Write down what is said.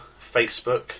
Facebook